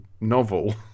novel